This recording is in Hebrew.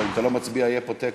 אם אתה לא מצביע יהיה פה תיקו,